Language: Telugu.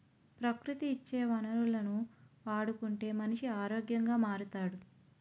ప్రకృతి ఇచ్చే వనరులను వాడుకుంటే మనిషి ఆరోగ్యంగా మారుతాడు